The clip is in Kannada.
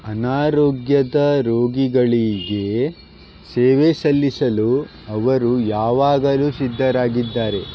ಅನಾರೋಗ್ಯದ ರೋಗಿಗಳಿಗೆ ಸೇವೆ ಸಲ್ಲಿಸಲು ಅವರು ಯಾವಾಗಲೂ ಸಿದ್ಧರಾಗಿದ್ದಾರೆ